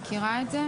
אני לא מכירה את זה.